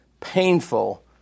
painful